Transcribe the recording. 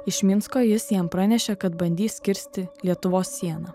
iš minsko jis jam pranešė kad bandys kirsti lietuvos sieną